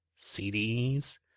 CDs